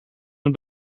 het